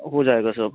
हो जाएगा सब